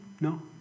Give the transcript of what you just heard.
No